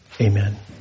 amen